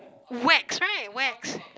wax right wax